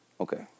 okay